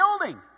building